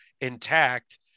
intact